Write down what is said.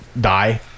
die